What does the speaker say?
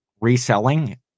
reselling